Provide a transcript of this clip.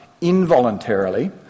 involuntarily